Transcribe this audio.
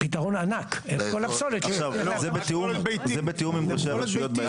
זה בתיאום עם ראשי הרשויות?